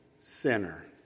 sinner